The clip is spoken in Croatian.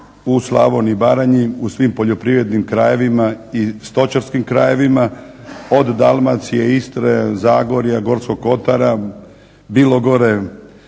u Slavoniji i Baranji, u svim poljoprivrednim krajevima i stočarskim krajevima od Dalmacije, Istre, Zagorja, Gorskog kotara, Bilogore